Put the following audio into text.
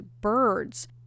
birds